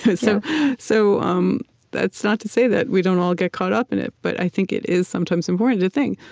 but so so um that's not to say that we don't all get caught up in it, but i think it is sometimes important to think,